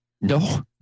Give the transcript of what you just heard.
No